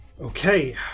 Okay